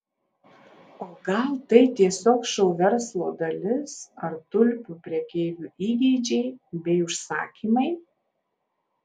o gal tai tiesiog šou verslo dalis ar tulpių prekeivių įgeidžiai bei užsakymai